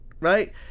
right